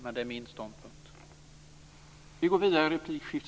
Men det är min ståndpunkt.